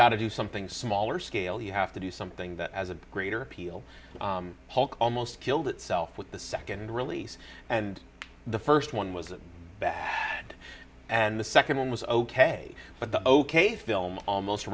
got to do something smaller scale you have to do something that has a greater appeal almost killed itself with the second release and the first one was bad and the second one was ok but the